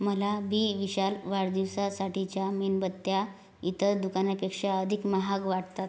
मला बी विशाल वाढदिवसासाठीच्या मेणबत्त्या इतर दुकानापेक्षा अधिक महाग वाटतात